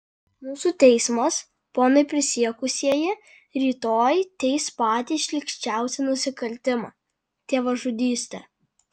mūsų teismas ponai prisiekusieji rytoj teis patį šlykščiausią nusikaltimą tėvažudystę